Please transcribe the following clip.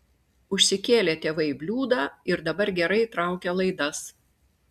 užsikėlė tėvai bliūdą ir dabar gerai traukia laidas